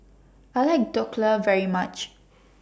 I like Dhokla very much